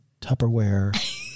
Tupperware